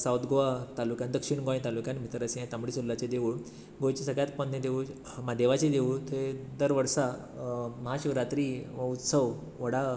south Goa दक्षीण तालुक्यांत दक्षीण गोंय तालुक्यांत भितर अशें हें तांबडे सुरलाचें देवूळ गोंयच्या सगळ्यांत पोरणें देवूळ म्हादेवाचें देवूळ थंय दर वर्सा महाशिवरात्री हो उत्सव व्हडा